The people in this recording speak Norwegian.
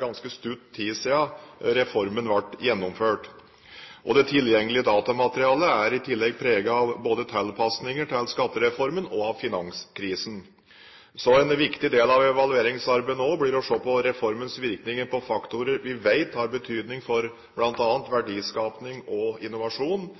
ganske kort tid siden reformen ble gjennomført. Det tilgjengelige datamaterialet er i tillegg preget av både tilpasninger til skattereformen og finanskrisen. Så en viktig del av evalueringsarbeidet nå blir å se på reformens virkninger på faktorer vi vet har betydning for bl.a. verdiskaping og innovasjon,